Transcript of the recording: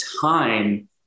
time